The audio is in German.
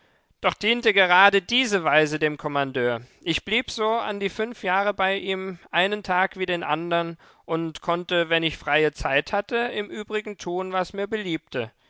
doch diente gerade diese weise dem kommandeur ich blieb so an die fünf jahre bei ihm einen tag wie den andern und konnte wenn ich freie zeit hatte im übrigen tun was mir beliebte